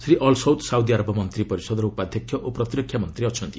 Shri Al Saud Saudi Arab ମନ୍ତ୍ରୀ ପରିଷଦର ଉପାଧ୍ୟକ୍ଷ ଓ ପ୍ରତିରକ୍ଷା ମନ୍ତ୍ରୀ ଅଛନ୍ତି